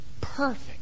perfect